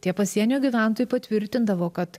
tie pasienio gyventojai patvirtindavo kad